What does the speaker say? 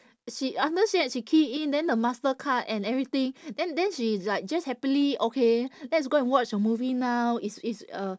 she after that she key in then the Mastercard and everything then then she is like just happily okay let's go and watch a movie now it's it's uh